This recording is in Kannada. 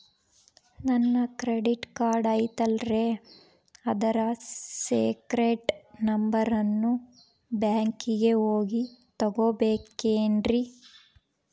ನನ್ನ ಕ್ರೆಡಿಟ್ ಕಾರ್ಡ್ ಐತಲ್ರೇ ಅದರ ಸೇಕ್ರೇಟ್ ನಂಬರನ್ನು ಬ್ಯಾಂಕಿಗೆ ಹೋಗಿ ತಗೋಬೇಕಿನ್ರಿ?